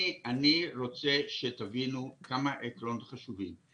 אני רוצה שתבינו כמה עקרונות חשובים.